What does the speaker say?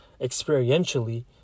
experientially